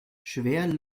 schwer